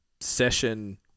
session